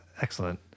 excellent